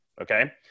Okay